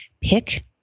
pick